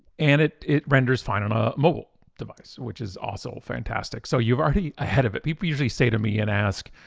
and it it renders fine on a mobile device, which is also fantastic. so you're already ahead of it. people usually say to me and ask,